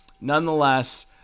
nonetheless